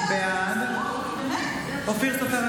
אינה נוכחת אופיר סופר,